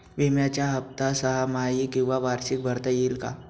विम्याचा हफ्ता सहामाही किंवा वार्षिक भरता येईल का?